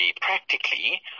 practically